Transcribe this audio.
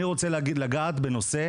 אני רוצה לגעת בנושא